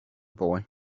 boy